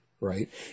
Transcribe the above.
Right